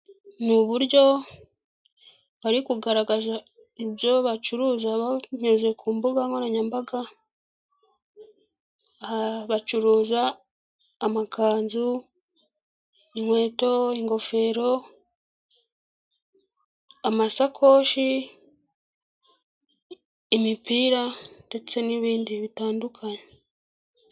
Ni uburyo bari kugaragaza ibyo bacuruza banyuze ku mbuga nkoranyambaga, aha bacuruza amakanzu, inkweto, ingofero, amasakoshi, imipira ndetse n'ibindi bitandukanye.